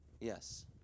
Yes